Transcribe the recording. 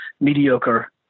mediocre